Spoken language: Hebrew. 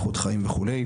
איכות חיים וכו'.